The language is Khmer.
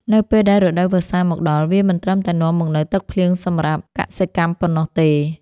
នៅពេលដែលរដូវវស្សាមកដល់ វាមិនត្រឹមតែនាំមកនូវទឹកភ្លៀងសម្រាប់កសិកម្មប៉ុណ្ណោះទេ។